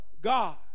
god